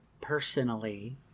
personally